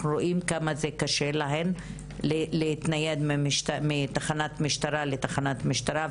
אנחנו רואים כמה קשה להן להתנייד מתחנת משטרה לתחנת משטרה,